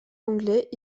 anglais